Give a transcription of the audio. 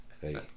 Hey